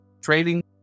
trading